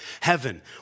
Heaven